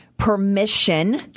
permission